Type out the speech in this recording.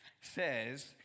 says